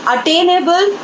Attainable